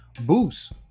boost